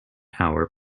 hour